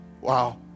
Wow